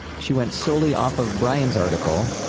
she went solely off of brian's article,